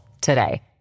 today